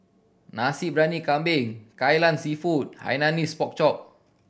Nasi Briyani Kambing Kai Lan Seafood Hainanese Pork Chop